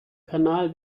kanal